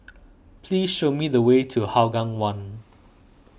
please show me the way to Hougang one